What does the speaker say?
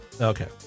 Okay